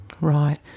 Right